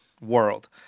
world